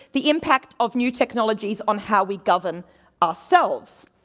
the impact of new technologies on how we govern ourselves.